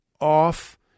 off